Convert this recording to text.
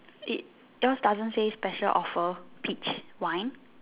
it yours doesn't say special offer peach wine